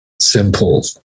simple